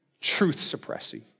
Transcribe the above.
truth-suppressing